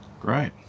Great